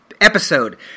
episode